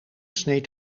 sneed